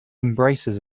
embraces